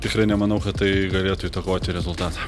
tikrai nemanau kad tai galėtų įtakoti rezultatą